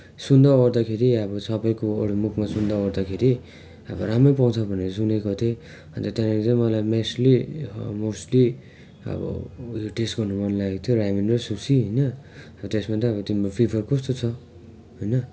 सुन्दा ओर्दाखेरि अब सबैको मुखमा सुन्दाव ओर्दाखेरि राम्रो पाउँछ भनेर सुनेको थिएँ अन्त त्यहाँनिर चाहिँ मलाई मेसली मोस्टली अब उयो टेस्ट गर्नु मन लागेको थियो होइन त्यसमा त अब तिम्रो प्रिफर कस्तो छ होइन